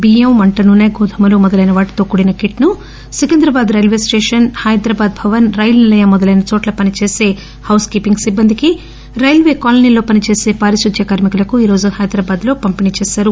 బియ్యం వంటనూసె గోధుములు మొదలైనవాటితో కూడిన కిట్టును సికిందరాబాద్ రైల్వే స్టేషన్ హైదరాబాద్ భవన్ రైల్ నిలయం మొదలైన చోట్ల పనిచేసే హౌస్ కీపింగ్ సిబ్బందికి రైల్వే కాలనీలో పనిచేసే పారిశుధ్య కార్మి కులకు ఈ రోజు హైదరాబాదులో పంపిణీ చేశారు